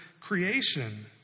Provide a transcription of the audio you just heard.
creation